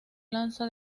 lanza